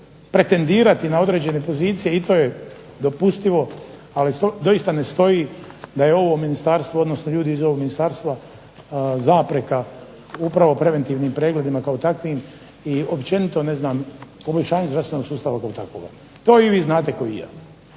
predentirati na određene pozicije i to je dopustivo, ali doista ne stoji da je ovo ministarstvo odnosno ljudi iz ovog ministarstva zapreka upravo preventivnim pregledima kao takvim i općenito ne znam poboljšanju zdravstvenog sustava kao takvoga. To i vi znate kao i ja.